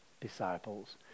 disciples